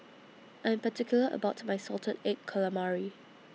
I'm particular about My Salted Egg Calamari